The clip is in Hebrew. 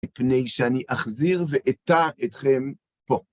מפני שאני אחזיר ואטע אתכם פה.